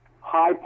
high